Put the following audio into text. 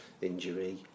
injury